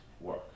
work